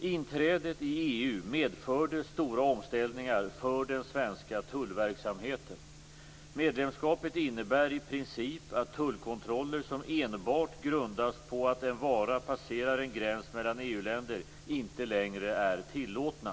Inträdet i EU medförde stora omställningar för den svenska tullverksamheten. Medlemskapet innebär i princip att tullkontroller som enbart grundas på att en vara passerar en gräns mellan EU-länder inte längre är tillåtna.